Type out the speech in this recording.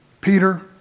Peter